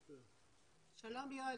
שלום יואל.